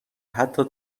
حتی